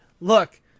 look